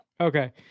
Okay